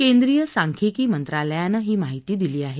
केंद्रीय सांख्यिकी मंत्रालयानं ही माहिती दिली आहे